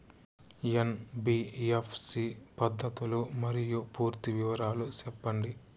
NBFC పద్ధతులు మరియు పూర్తి వివరాలు సెప్పండి?